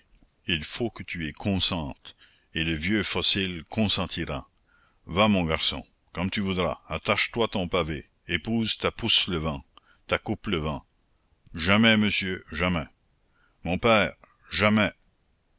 il faut que tu y consentes et le vieux fossile consentira va mon garçon comme tu voudras attache toi ton pavé épouse ta pousselevent ta coupelevent jamais monsieur jamais mon père jamais